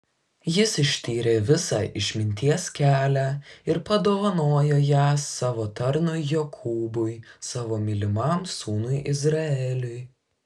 jis ištyrė visą išminties kelią ir padovanojo ją savo tarnui jokūbui savo mylimam sūnui izraeliui